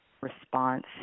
response